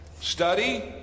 study